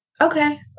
okay